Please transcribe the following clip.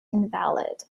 invalid